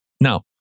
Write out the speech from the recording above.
Now